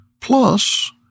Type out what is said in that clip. Plus